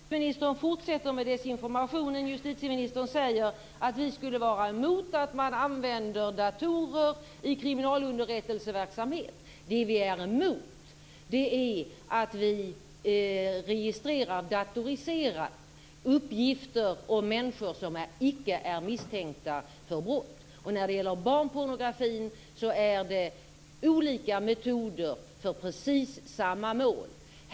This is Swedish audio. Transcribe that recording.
Fru talman! Justitieministern fortsätter med desinformationen. Justitieministern säger att vi skulle vare emot att man använder datorer i kriminalunderrättelseverksamhet. Vi är emot att vi datoriserat registrerar uppgifter om människor som inte är misstänkta för brott. När det gäller barnpornografin handlar det om olika metoder för att uppnå precis samma mål.